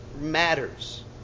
matters